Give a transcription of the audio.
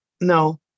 no